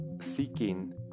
seeking